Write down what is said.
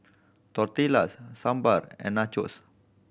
Tortillas Sambar and Nachos